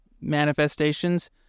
manifestations